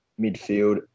midfield